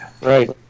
Right